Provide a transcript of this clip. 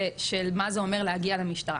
של מה זה אומר להגיע למשטרה,